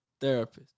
therapist